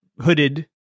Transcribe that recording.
hooded